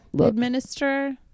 administer